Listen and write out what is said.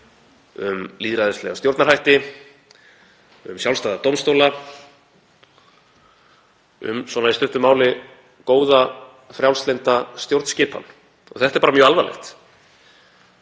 um lýðræðislega stjórnarhætti, um sjálfstæða dómstóla, um, í stuttu máli, góða og frjálslynda stjórnskipan, og það er mjög alvarlegt.